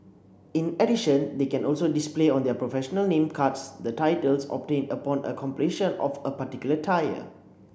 in addition they can also display on their professional name cards the titles obtained upon a completion of a particular tire